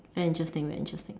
very interesting very interesting